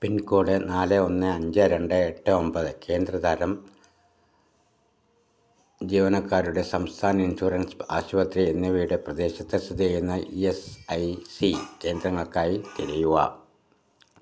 pincode നാല് ഒന്ന് അഞ്ച് രണ്ട് എട്ട് ഒൻപത് കേന്ദ്ര തരം ജീവനക്കാരുടെ സംസ്ഥാന ഇൻഷുറൻസ് ത്രി എന്നിവയുള്ള പ്രദേശത്ത് സ്ഥിതിചെയ്യുന്ന ഇഎസ്ഐസി കേന്ദ്രങ്ങൾക്കായി തിരയുക